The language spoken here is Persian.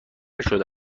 شده